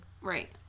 Right